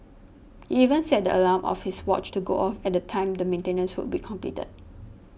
he even set the alarm of his watch to go off at the time the maintenance would be completed